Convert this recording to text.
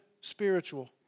spiritual